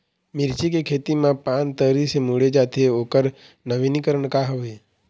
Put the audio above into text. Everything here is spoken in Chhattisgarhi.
मिर्ची के खेती मा पान तरी से मुड़े जाथे ओकर नवीनीकरण का हवे?